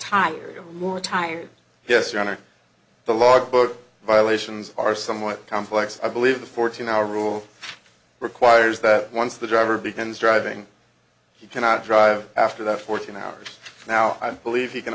tired were tired yes your honor the logbook violations are somewhat complex i believe the fourteen hour rule requires that once the driver begins driving he cannot drive after that fourteen hours now i believe he can